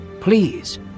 Please